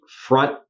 front